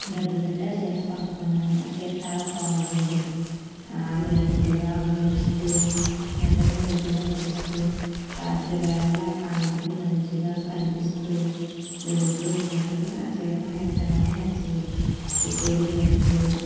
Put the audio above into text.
డబ్బులు పెట్టి ఆ చీరను కొనుక్కున్నాను ఆ చీర చాలా బాగుంది ఆ మెరుపులుగా మెరుస్తు ఎండకు మెరుపులుగా మెరుస్తు రాత్రి వేళలో ఆ కాంతికి మంచిగా కనిపిస్తు వెలుగుతు ఉన్నట్టుగా ఆ చీర నాకు ఎంతగానో నచ్చింది చుట్టు మెరుపులు